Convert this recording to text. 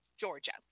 Georgia